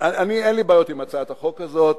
אין לי בעיות עם הצעת החוק הזאת.